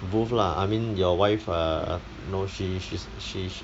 VooV lah I mean your wife uh no she she's she she